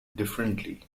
differently